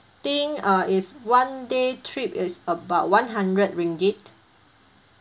think uh it's one day trip is about one hundred ringgit